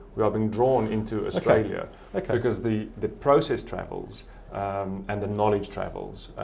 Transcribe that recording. we are being drawn into australia like ah because the the process travels and the knowledge travels.